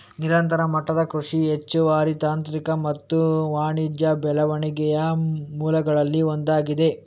ನಿರಂತರ ಮಟ್ಟದ ಕೃಷಿ ಹೆಚ್ಚುವರಿ ತಾಂತ್ರಿಕ ಮತ್ತು ವಾಣಿಜ್ಯ ಬೆಳವಣಿಗೆಯ ಮೂಲಗಳಲ್ಲಿ ಒಂದಾಗಿದೆ